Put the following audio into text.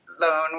loan